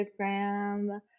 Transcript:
Instagram